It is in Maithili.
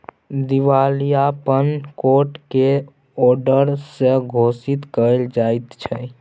दिवालियापन कोट के औडर से घोषित कएल जाइत छइ